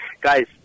guys